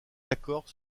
d’accord